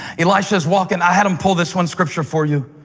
elijah is walking. i had them pull this one scripture for you,